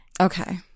Okay